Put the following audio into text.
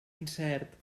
incert